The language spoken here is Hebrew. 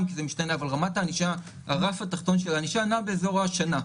כי זה משתנה הרף התחתון של הענישה נע סביב שנה,